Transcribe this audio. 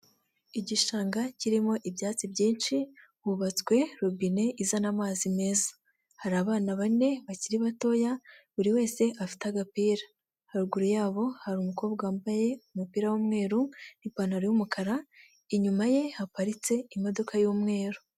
Igishanga kirimo ibyatsi byinshi, hubatswe robine izana amazi meza, hari abana bane bakiri batoya, buri wese afite agapira, haruguru yabo hari umukobwa wambaye umupira w'umweru n'ipantaro y'umukara, inyuma ye haparitse imodoka y'umweru.